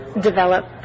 develop